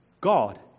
God